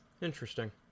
Interesting